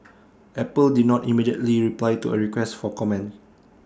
Apple did not immediately reply to A request for comment